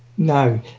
No